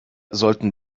sollten